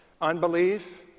Unbelief